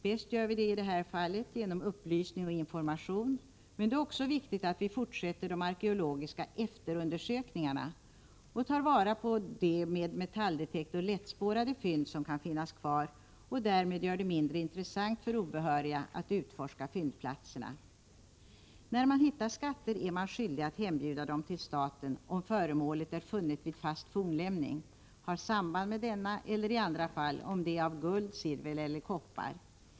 Bäst gör vi det i detta fall genom upplysning och information, men det är också viktigt att vi fortsätter de arkeologiska efterundersökningarna och tar vara på de med metalldetektor lättspårade fynd som kan finnas kvar och därmed gör det mindre intressant för obehöriga att utforska fyndplatserna. När man hittar skatter är man skyldig att hembjuda dem till staten om föremålet är funnet vid fast fornlämning, har samband med denna eller, i andra fall, är av guld, silver eller koppar.